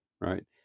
right